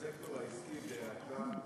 הסקטור העסקי בהאטה,